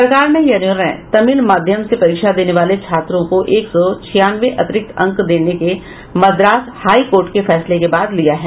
सरकार ने यह निर्णय तमिल माध्यम से परीक्षा देने वाले छात्रो को एक सौ छियानवे अतिरिक्त अंक देने के मद्रास हाईकोर्ट के फैसले के बाद लिया है